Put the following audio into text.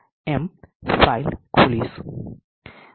એમ file ખોલીશ